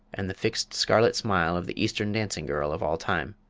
and the fixed scarlet smile of the eastern dancing-girl of all time.